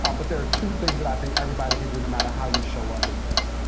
um but there are two things that i think everybody can do, no matter how you show up in this.